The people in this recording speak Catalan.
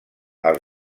els